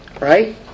Right